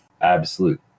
absolute